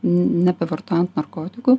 nebevartojant narkotikų